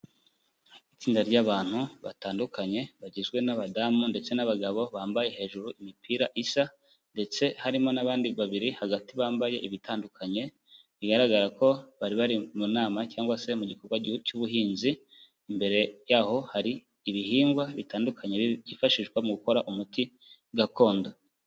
Itsinda ry'abantu batandukanye bagizwe n'abadamu ndetse n'abagabo bambaye hejuru imipira isa ndetse harimo n'abandi babiri hagati bambaye ibitandukanye bigaragara ko bari bari mu nama cyangwa se mu gikorwa cy'ubuhinzi, imbere yaho hari ibihingwa bitandukanye byifashishwa mu gukora umuti gakondo.